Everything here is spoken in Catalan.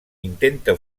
intenta